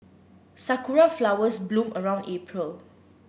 sakura flowers bloom around April